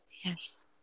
Yes